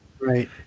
right